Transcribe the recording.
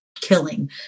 killing